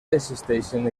existeixen